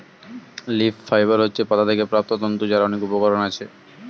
leaf fibre হচ্ছে পাতা থেকে প্রাপ্ত তন্তু যার অনেক উপকরণ আছে